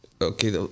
Okay